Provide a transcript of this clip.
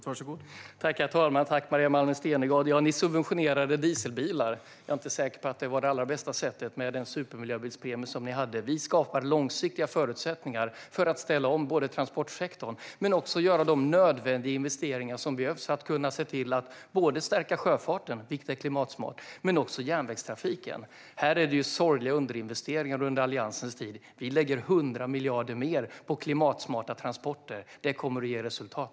Herr talman! Ni subventionerade dieselbilar. Jag är inte säker på att den supermiljöbilspremie ni hade var det allra bästa sättet. Vi skapar långsiktiga förutsättningar för att både ställa om både transportsektorn och göra de nödvändiga investeringar som behövs för att se till att stärka sjöfarten, vilket är klimatsmart, och järnvägstrafiken. Här var det sorgliga underinvesteringar under Alliansens tid. Vi lägger 100 miljarder mer på klimatsmarta transporter, och det kommer att ge resultat.